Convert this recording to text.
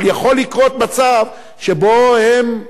אבל יכול לקרות מצב שבו הם,